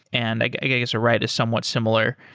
and i guess a write is somewhat similar.